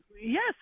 Yes